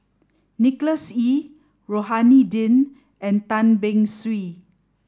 Nicholas Ee Rohani Din and Tan Beng Swee